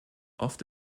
oft